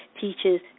Teaches